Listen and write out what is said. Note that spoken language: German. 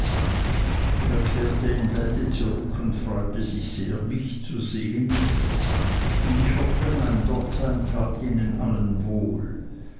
kehrte in bälde zurück und freute sich sehr mich zu sehen und ich hoffe mein dortsein tat ihnen allen wohl